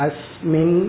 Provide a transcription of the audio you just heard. Asmin